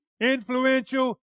influential